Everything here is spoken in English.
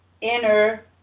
inner